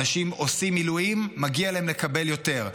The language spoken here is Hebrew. אנשים עושים מילואים, מגיע להם לקבל יותר.